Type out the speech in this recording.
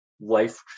life